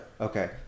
Okay